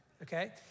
okay